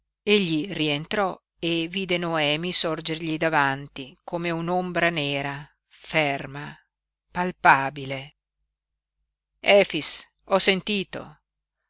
egli rientrò e vide noemi sorgergli davanti come un'ombra nera ferma palpabile efix ho sentito